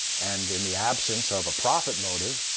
and in the absence of a profit motive,